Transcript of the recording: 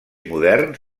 moderns